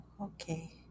okay